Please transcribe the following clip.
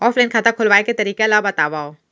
Offline खाता खोलवाय के तरीका ल बतावव?